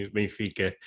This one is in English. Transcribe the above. Benfica